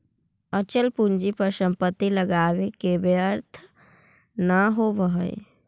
अचल पूंजी पर संपत्ति लगावे से व्यर्थ न होवऽ हई